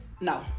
No